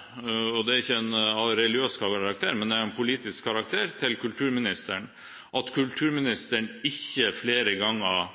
er ikke av religiøs, men av politisk karakter – til kulturministeren om at hun ikke flere ganger